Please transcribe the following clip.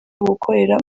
gukorera